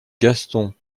gaston